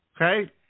Okay